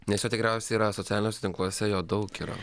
nes jo tikriausiai yra socialiniuose tinkluose jo daug yra